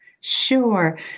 sure